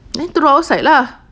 then throw outside lah